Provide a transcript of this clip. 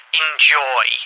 enjoy